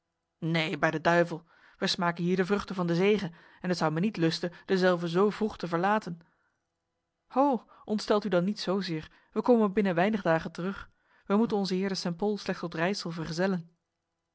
neen bij de duivel wij smaken hier de vruchten van de zege en het zou mij niet lusten dezelve zo vroeg te verlaten ho ontstelt u dan niet zozeer wij komen binnen weinig dagen terug wij moeten onze heer de st pol slechts tot rijsel vergezellen